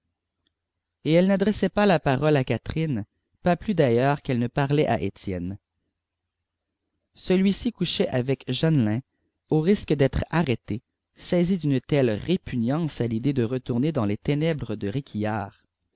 et elle n'adressait pas la parole à catherine pas plus d'ailleurs qu'elle ne parlait à étienne celui-ci couchait avec jeanlin au risque d'être arrêté saisi d'une telle répugnance à l'idée de retourner dans les ténèbres de